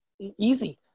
Easy